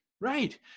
right